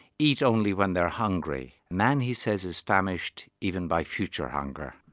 eat only when they're hungry. man, he says, is famished even by future hunger.